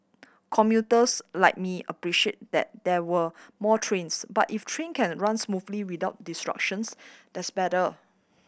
commuters like me appreciate that there were more trains but if train can run smoothly without disruptions that's better